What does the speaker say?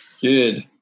good